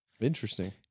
Interesting